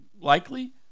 Likely